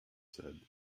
said